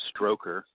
stroker